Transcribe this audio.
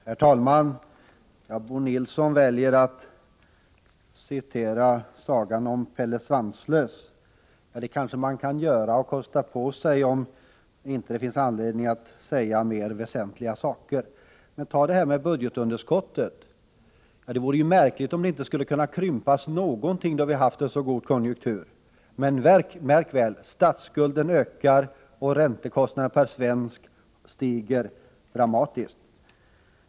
Herr talman! Bo Nilsson väljer att citera ur sagan om Pelle Svanslös. Det kan man kanske kosta på sig om det inte finns mer väsentliga saker att säga. Låt oss gå in på frågan om budgetunderskottet. Det vore märkligt om detta inte skulle kunna krympas något, då vi har haft en så god konjunktur. Men, märk väl, statsskulden ökar, och räntekostnaderna per svensk stiger dramatiskt.